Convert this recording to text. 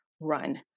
Run